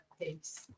peace